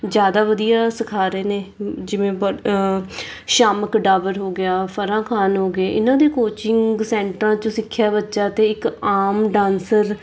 ਜ਼ਿਆਦਾ ਵਧੀਆ ਸਿਖਾ ਰਹੇ ਨੇ ਜਿਵੇਂ ਸ਼ਾਮਕ ਡਾਵਰ ਹੋ ਗਿਆ ਫਰਾਂ ਖਾਨ ਹੋ ਗਏ ਇਹਨਾਂ ਦੇ ਕੋਚਿੰਗ ਸੈਂਟਰਾਂ 'ਚ ਸਿੱਖਿਆ ਬੱਚਾ ਅਤੇ ਇੱਕ ਆਮ ਡਾਂਸਰ